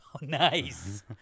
Nice